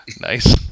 Nice